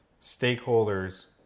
stakeholders